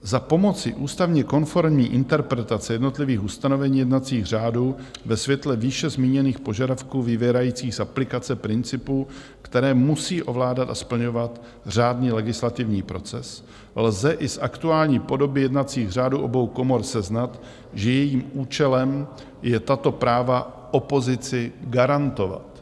Za pomoci ústavně konformní interpretace jednotlivých ustanovení jednacích řádů ve světle výše zmíněných požadavků vyvěrajících z aplikace principů, které musí ovládat a splňovat řádný legislativní proces, lze i z aktuální podoby jednacích řádů obou komor seznat, že jejím účelem je tato práva opozici garantovat.